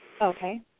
Okay